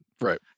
Right